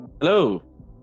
Hello